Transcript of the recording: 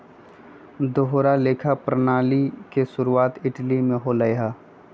दोहरा लेखा प्रणाली के शुरुआती इटली में होले हल